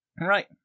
Right